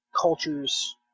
culture's